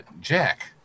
Jack